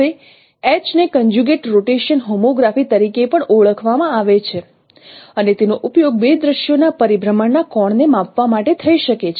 હવે H ને conjugate rotation homography તરીકે પણ ઓળખવામાં આવે છે અને તેનો ઉપયોગ બે દૃશ્યોના પરિભ્રમણના કોણને માપવા માટે થઈ શકે છે